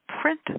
print